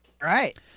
right